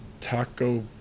Taco